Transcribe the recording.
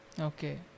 Okay